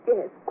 Yes